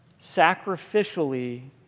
Sacrificially